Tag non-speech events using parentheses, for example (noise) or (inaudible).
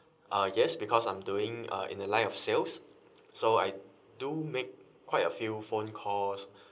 uh yes because I'm doing uh in the line of sales so I do make quite a few phone calls (breath)